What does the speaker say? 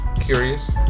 curious